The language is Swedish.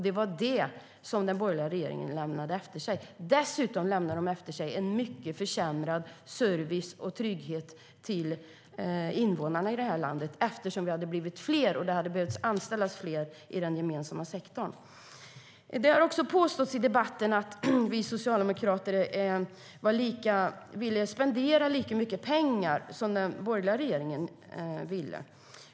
Det var detta som den borgerliga regeringen lämnade efter sig. Det har i debatten också påståtts att vi socialdemokrater ville spendera lika mycket pengar som den borgerliga regeringen.